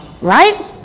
Right